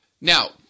Now